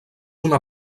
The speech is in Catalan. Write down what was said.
una